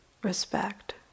respect